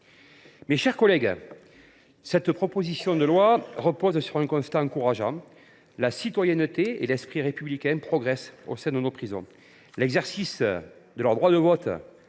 mes chers collègues, cette proposition de loi s’appuie sur un constat encourageant : la citoyenneté et l’esprit républicain progressent au sein de nos prisons. L’exercice de leur droit de vote